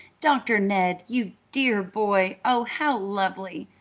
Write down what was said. doctor ned you dear boy! oh, how lovely!